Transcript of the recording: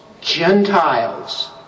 Gentiles